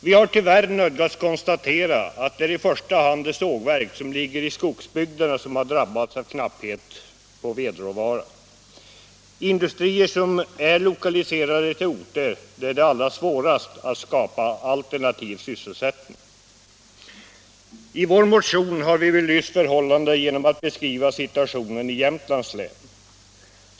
Vi har tyvärr nödgats konstatera att det i första hand är de sågverk som ligger i skogsbygderna som har drabbats av knapphet på vedråvara —- industrier som är lokaliserade till orter där det är allra svårast att skapa alternativ sysselsättning. I vår motion har vi belyst förhållandena genom att beskriva situationen i Jämtlands län.